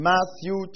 Matthew